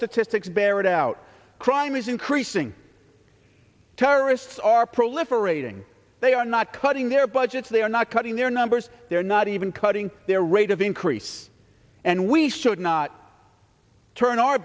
statistics bear it out crime is increasing terrorists are proliferating they are not cutting their budgets they are not cutting their numbers they're not even cutting their rate of increase and we should not turn our